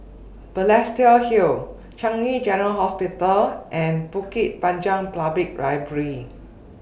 Balestier Hill Changi General Hospital and Bukit Panjang Public Library